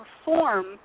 perform